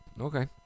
Okay